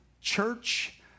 church